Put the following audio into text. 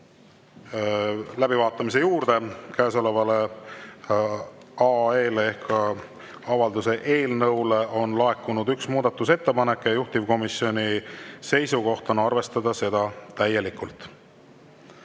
läbivaatamise juurde. Käesoleva AE ehk avalduse eelnõu kohta on laekunud üks muudatusettepanek ja juhtivkomisjoni seisukoht on arvestada seda täielikult.